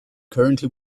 currently